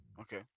Okay